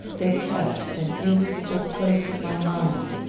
they kept an immovable place in my mind,